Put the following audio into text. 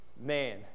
Man